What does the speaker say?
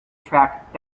track